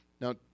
now